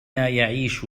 يعيش